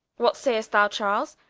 what say'st thou charles?